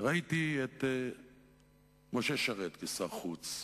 ראיתי את משה שרת כשר החוץ,